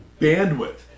bandwidth